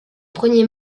premier